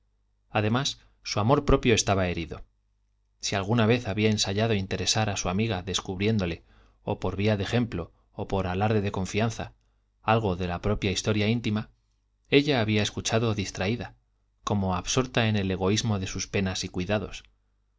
además su amor propio estaba herido si alguna vez había ensayado interesar a su amiga descubriéndole o por vía de ejemplo o por alarde de confianza algo de la propia historia íntima ella había escuchado distraída como absorta en el egoísmo de sus penas y cuidados